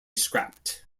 scrapped